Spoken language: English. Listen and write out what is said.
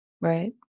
right